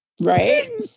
Right